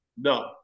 No